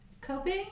Coping